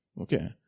Okay